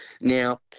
now